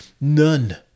none